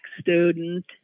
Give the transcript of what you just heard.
student